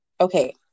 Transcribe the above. Okay